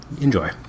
enjoy